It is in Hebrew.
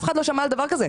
אף אחד לא שמע על דבר כזה.